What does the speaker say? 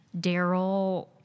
Daryl